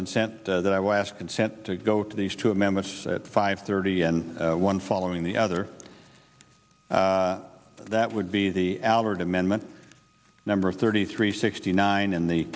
consent that i will ask consent to go to these two amendments at five thirty and one following the other that would be the albert amendment number thirty three sixty nine and the